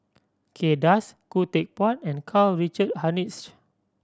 Kay Das Khoo Teck Puat and Karl Richard Hanitsch